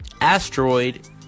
asteroid